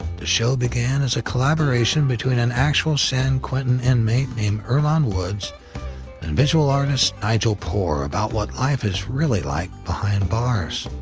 the show began as a collaboration between an actual san quentin inmate named earlonne woods and visual artist nigel poor about what life is really like behind bars.